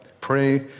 pray